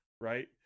right